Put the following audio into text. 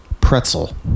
pretzel